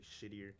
shittier